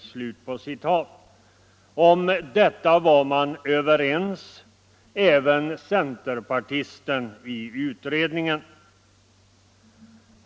Om detta var man överens — även centerpartisten i utredningen.